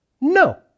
No